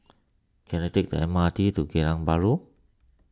can I take the M R T to Geylang Bahru